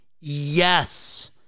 Yes